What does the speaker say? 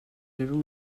devais